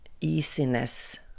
easiness